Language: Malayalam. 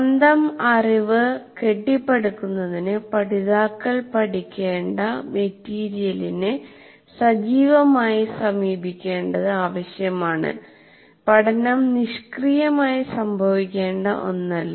സ്വന്തം അറിവ് കെട്ടിപ്പടുക്കുന്നതിന് പഠിതാക്കൾ പഠിക്കേണ്ട മെറ്റീരിയലിനെ സജീവമായി സമീപിക്കേണ്ടത് ആവശ്യമാണ് പഠനം നിഷ്ക്രിയമായി സംഭവിക്ക്കേണ്ട ഒന്നല്ല